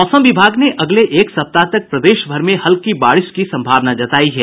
मौसम विभाग ने अगले एक सप्ताह तक प्रदेशभर में हल्की बारिश की सम्भावना जतायी है